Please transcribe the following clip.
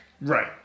Right